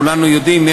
כולנו יודעים,